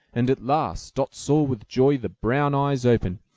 and at last dot saw with joy the brown eyes open,